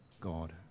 God